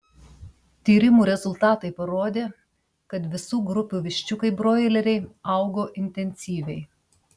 tyrimų rezultatai parodė kad visų grupių viščiukai broileriai augo intensyviai